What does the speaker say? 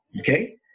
okay